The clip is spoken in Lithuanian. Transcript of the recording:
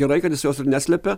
gerai kad jis jos ir neslepia